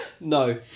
No